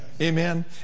Amen